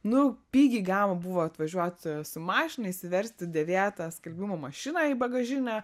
nu pigiai galima buvo atvažiuoti su mašina įsiversti dėvėtą skalbimo mašiną į bagažinę